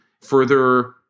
further